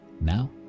Now